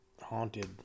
haunted